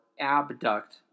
abduct